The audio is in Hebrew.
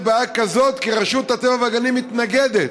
בעיה כזאת כי רשות הטבע והגנים מתנגדת.